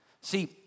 See